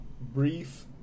brief